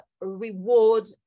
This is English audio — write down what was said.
reward